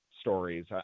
stories